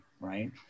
right